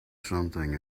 something